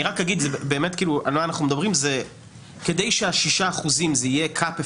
כדי שה-שישה אחוזים יהיו קאפ אפקטיבי,